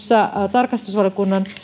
tarkastusvaliokunnan